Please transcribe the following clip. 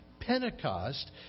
Pentecost